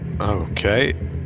Okay